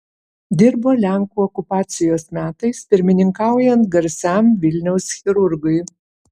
dirbo lenkų okupacijos metais pirmininkaujant garsiam vilniaus chirurgui